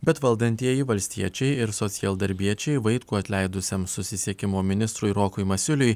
bet valdantieji valstiečiai ir socialdarbiečiai vaitkų atleidusiam susisiekimo ministrui rokui masiuliui